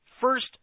first